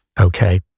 okay